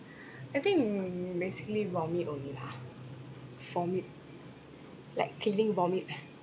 I think basically vomit only lah for me like cleaning vomit ah